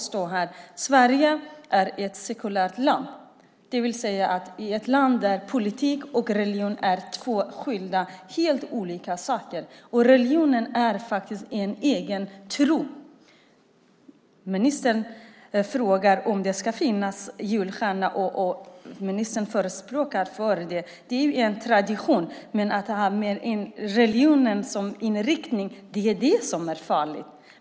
Sverige är ett sekulärt land, det vill säga ett land där politik och religion är två skilda saker. Religionen är den egna tron. Ministern frågar om det kan få finnas en julstjärna. Ministern förespråkar den; den är en tradition. Men att ha religionen med som inriktning är farligt.